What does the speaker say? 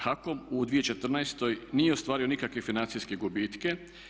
HAKOM u 2014. nije ostvario nikakve financijske gubitke.